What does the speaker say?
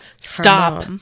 Stop